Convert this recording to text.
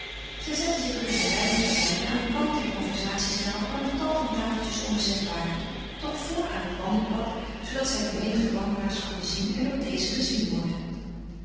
zij zetten zich dus een weinig terzijde aan den kant der conversatiezaal waar nog tal van tafeltjes onbezet waren toch vor aan het wandelpad zoodat zij de menigte wandelaars konden zien en door dezen gezien worden